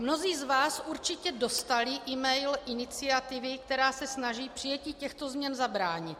Mnozí z vás určitě dostali email iniciativy, která se snaží příjetí těchto změn zabránit.